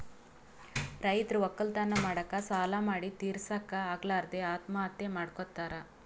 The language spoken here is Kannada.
ರೈತರ್ ವಕ್ಕಲತನ್ ಮಾಡಕ್ಕ್ ಸಾಲಾ ಮಾಡಿ ತಿರಸಕ್ಕ್ ಆಗಲಾರದೆ ಆತ್ಮಹತ್ಯಾ ಮಾಡ್ಕೊತಾರ್